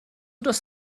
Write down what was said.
das